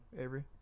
Avery